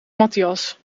matthias